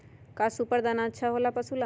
का सुपर दाना अच्छा हो ला पशु ला?